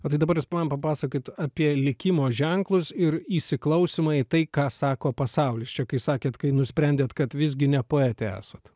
o tai dabar jūs man papasakokit apie likimo ženklus ir įsiklausymą į tai ką sako pasaulis čia kaip sakėt kai nusprendėt kad visgi ne poetė esat